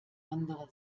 andere